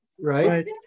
right